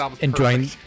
enjoying